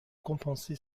compenser